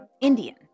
Indian